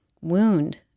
wound